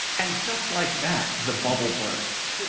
and just like that, the bubble burst.